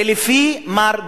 זה לפי מר דגן.